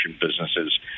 businesses